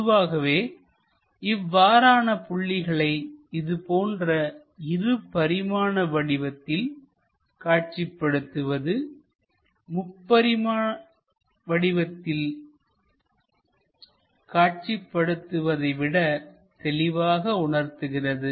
பொதுவாகவே இவ்வாறாக புள்ளிகளை இதுபோன்ற இரு பரிமாண வடிவத்தில் காட்சிப்படுத்துவதுமுப்பரிமாண வடிவத்தில் காட்சி படுத்துவதை விட தெளிவாக உணர்த்துகிறது